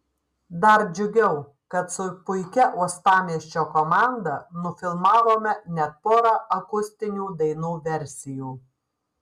dar džiugiau kad su puikia uostamiesčio komanda nufilmavome net porą akustinių dainų versijų